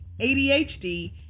ADHD